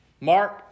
Mark